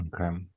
Okay